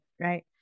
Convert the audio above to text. right